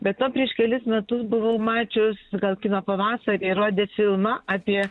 be to prieš kelis metus buvau mačius gal kino pavasary rodė filmą apie